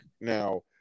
Now